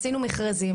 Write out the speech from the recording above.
עשינו מכרזים,